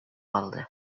калды